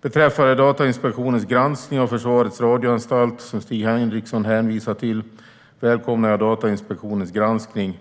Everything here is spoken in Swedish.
Beträffande Datainspektionens granskning av Försvarets radioanstalt, som Stig Henriksson hänvisar till, välkomnar jag denna granskning.